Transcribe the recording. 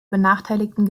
benachteiligten